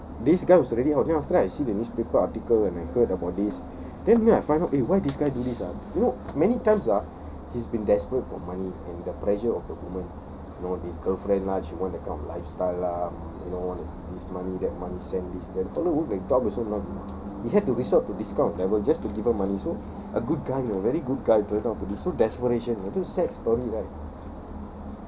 so this guy was already out then after that I see the newspaper article and I heard about this then only I find out eh why this guy do this ah you know many times ah he's been desperate for money and the pressure of the woman you know this girlfriend lah she want that kind of lifestyle lah you know what is this money that money send this that fella work like dog also not he had to resort to this kind of level just to give her money so a good guy you know very good guy turn out to be so desperation sad story right